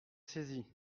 saisie